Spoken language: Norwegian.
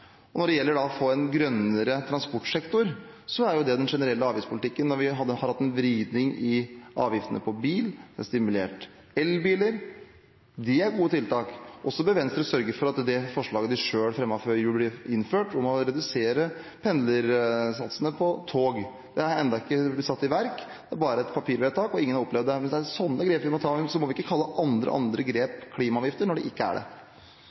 Når det gjelder å få en grønnere transportsektor, dreier det seg om den generelle avgiftspolitikken. Når vi har hatt en vridning i avgiftene på bil, når vi har stimulert til elbiler – det er gode tiltak. Så bør Venstre sørge for at det forslaget de selv fremmet før jul, om å redusere pendlersatsene på tog, blir innført. Det har ennå ikke blitt iverksatt – det er bare et papirvedtak, ingen har opplevd det. Det er slike grep vi må ta. Vi må ikke kalle andre grep klimaavgifter når det ikke er det.